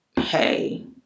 hey